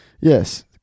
Yes